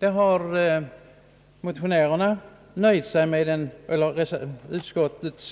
Här har motionens talesmän i utskottet